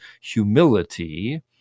humility